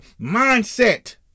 mindset